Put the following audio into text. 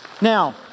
Now